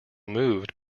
moved